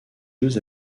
deux